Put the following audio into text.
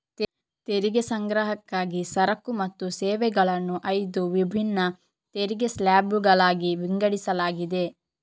ತೆರಿಗೆ ಸಂಗ್ರಹಕ್ಕಾಗಿ ಸರಕು ಮತ್ತು ಸೇವೆಗಳನ್ನು ಐದು ವಿಭಿನ್ನ ತೆರಿಗೆ ಸ್ಲ್ಯಾಬುಗಳಾಗಿ ವಿಂಗಡಿಸಲಾಗಿದೆ